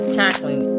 tackling